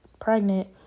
pregnant